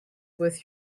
with